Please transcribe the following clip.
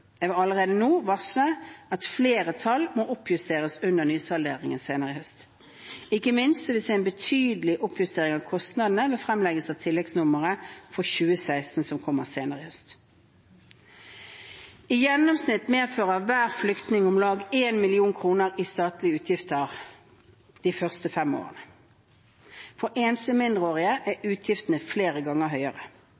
Jeg vil allerede nå varsle at flere tall må oppjusteres under nysalderingen senere i høst. Ikke minst vil vi se en betydelig oppjustering av kostnadene ved fremleggelsen av tilleggsnummeret for 2016 som kommer senere i høst. I gjennomsnitt medfører hver flyktning om lag 1 mill. kr i statlige utgifter de første fem årene. For enslige mindreårige er utgiftene flere ganger høyere.